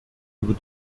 über